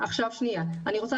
אני רוצה